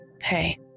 Hey